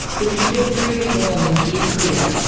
the trajectory of warming is clear.